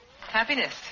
Happiness